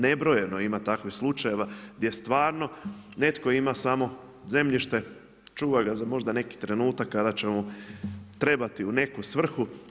Nebrojeno ima takvih slučajeva, gdje stvarno netko ima samo zemljište, čuva ga za možda neki trenutak, kada će mu trebati u neku svrhu.